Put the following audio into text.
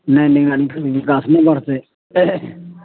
नहि निगरानी करबै बिकास नहि बढ़तै